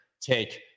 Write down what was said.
take